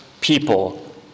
people